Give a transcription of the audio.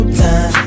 time